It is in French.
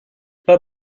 pas